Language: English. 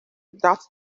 that